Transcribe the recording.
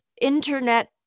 internet